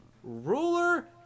Ruler